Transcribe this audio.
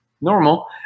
normal